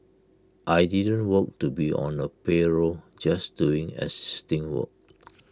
I didn't want to be on A payroll just doing existing work